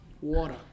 water